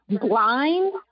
blind